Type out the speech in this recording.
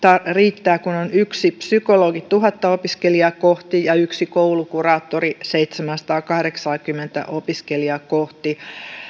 riittää kun on yksi psykologi tuhatta opiskelijaa kohti ja yksi koulukuraattori seitsemääsataakahdeksaakymmentä opiskelijaa kohti